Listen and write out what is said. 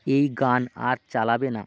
এই গান আর চালাবে না